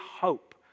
hope